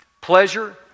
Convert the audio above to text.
Pleasure